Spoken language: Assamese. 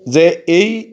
যে এই